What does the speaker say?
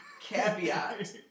Caveat